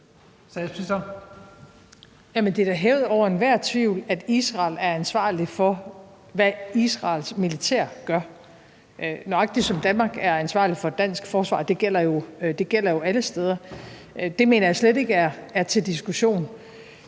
Det er da hævet over enhver tvivl, at Israel er ansvarlig for, hvad Israels militær gør, nøjagtig som Danmark er ansvarlig for et dansk forsvar. Det gælder jo alle steder. Det mener jeg slet ikke er til diskussion.